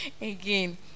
Again